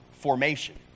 formation